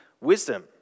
wisdom